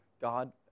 God